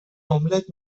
املت